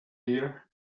here